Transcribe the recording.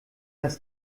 das